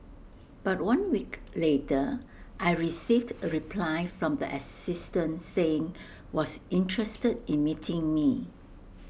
but one week later I received A reply from the assistant saying was interested in meeting me